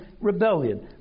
rebellion